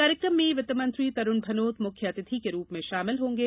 कार्यक्रम में वित्तमंत्री तरूण भनोत मुख्य अतिथि के रूप में शामिल होंगे